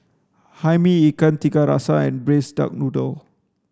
hae mee ikan tiga rasa and braised duck noodle